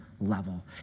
Level